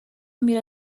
میره